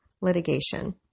litigation